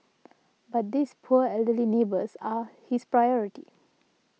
but this poor elderly neighbours are his priority